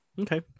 Okay